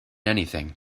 anything